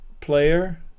player